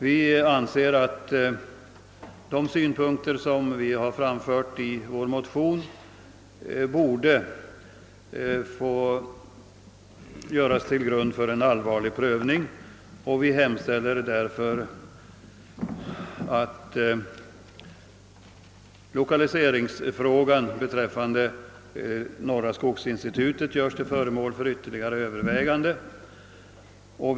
Vi anser att de synpunkter vi har framfört i vår motion borde läggas till grund för en allvarlig prövning, och vi hemställer därför att lokaliseringen av norra skogsinstitutet görs till föremål för ytterligare överväganden.